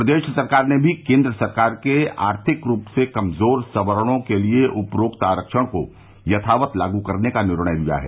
प्रदेश सरकार ने भी केन्द्र सरकार के आर्थिक रूप से कमजोर सवर्णो के लिये उपरोक्त आरक्षण को यथावत लागू करने का निर्णय लिया है